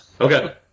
Okay